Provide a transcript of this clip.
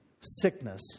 sickness